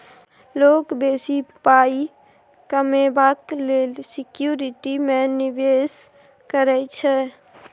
लोक बेसी पाइ कमेबाक लेल सिक्युरिटी मे निबेश करै छै